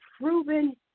proven